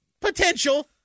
potential